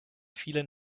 vielen